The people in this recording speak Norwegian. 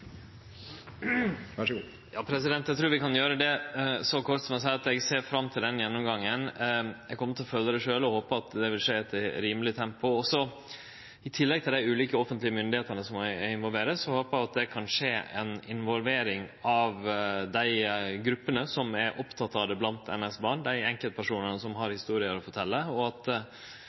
ser fram til denne gjennomgangen. Eg kjem til å følgje det sjølv og håper at det vil skje i eit rimeleg tempo også. I tillegg til dei ulike offentlege myndigheitene som må involverast, håper eg at det kan skje ei involvering av dei gruppene blant NS-barn som er opptekne av dette, dei enkeltpersonane som har historier å fortelje, og at